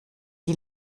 die